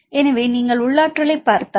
எனவே நீங்கள் உள் ஆற்றலைப் பார்த்தால்